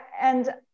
And-